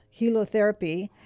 helotherapy